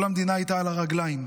כל המדינה הייתה על הרגליים.